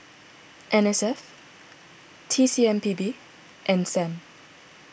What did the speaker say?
N S F T C M P B and Sam